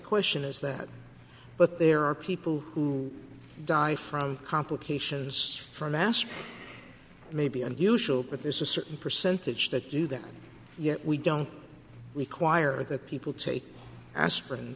question is that but there are people who die from complications from mass maybe and the usual but this is certain percentage that do that yet we don't require that people take aspirin